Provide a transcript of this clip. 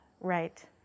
right